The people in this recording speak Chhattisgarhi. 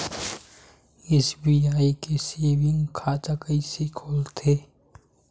एस.बी.आई के सेविंग खाता कइसे खोलथे?